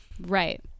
right